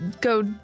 go